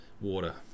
Water